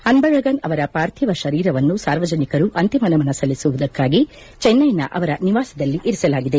ಅನ್ಸಳಗನ್ ಅವರ ಪಾರ್ಥಿವ ಶರೀರವನ್ನು ಸಾರ್ವಜನಿಕರು ಅಂತಿಮ ನಮನ ಸಲ್ಲಿಸುವುದಕ್ನಾಗಿ ಚೆನ್ನೈನ ಅವರ ನಿವಾಸದಲ್ಲಿ ಇರಿಸಲಾಗಿದೆ